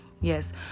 Yes